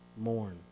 mourn